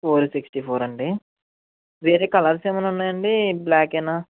four sixty four అండి వేరే colours ఏమైనా ఉన్నాయండి బ్లాకేనా